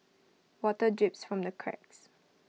water drips from the cracks